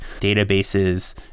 databases